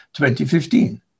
2015